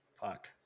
fuck